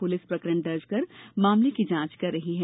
police प्रकरण दर्ज कर मामले की जांच कर रही है